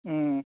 ꯎꯝ